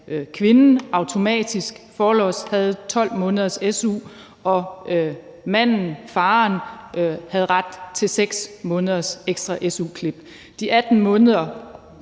kvinden automatisk forlods havde 12 måneders su, og at manden, faren, havde ret til 6 måneders ekstra su-klip. De 18 måneder